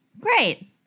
Great